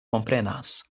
komprenas